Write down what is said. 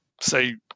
say